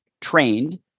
trained